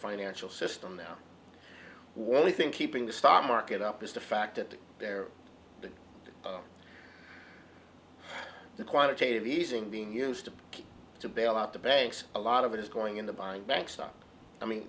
financial system now what we think keeping the stock market up is the fact that there are the quantitative easing being used to bail out the banks a lot of it is going into buying banks stop i mean